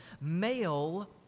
Male